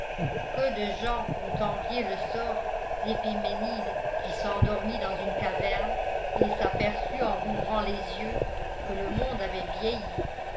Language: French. que de gens ont envié le sort d'épiménide qui s'endormit dans une caverne et s'aperçut en rouvrant les yeux que le monde avait vieilli